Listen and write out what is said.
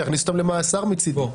שיכניס אותם למאסר מצידי.